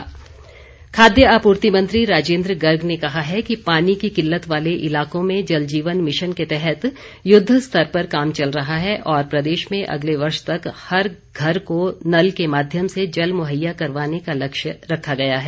राजेंद्र गर्ग खाद्य आपूर्ति मंत्री राजेंद्र गर्ग ने कहा है कि पानी की किल्लत वाले इलाकों में जल जीवन मिशन के तहत युद्ध स्तर पर काम चल रहा है और प्रदेश में अगले वर्ष तक हर घर को नल के माध्यम से जल मुहैया करवाने का लक्ष्य रखा गया है